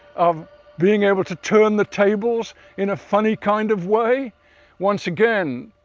of being able to turn the tables in a funny kind of way once again?